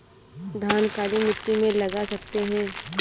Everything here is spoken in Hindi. धान काली मिट्टी में लगा सकते हैं?